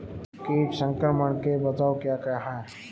कीट संक्रमण के बचाव क्या क्या हैं?